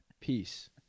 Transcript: Peace